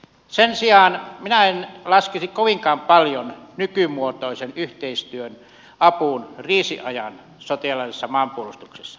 sen sijaan minä en laskisi kovinkaan paljon nykymuotoisen yhteistyön apuun kriisiajan sotilaallisessa maanpuolustuksessa